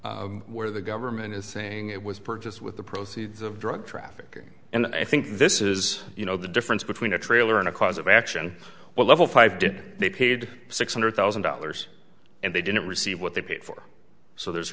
is where the government is saying it was purchased with the proceeds of drug trafficking and i think this is you know the difference between a trailer and a cause of action well level five did they paid six hundred thousand dollars and they didn't receive what they paid for so there's